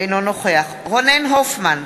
אינו נוכח רונן הופמן,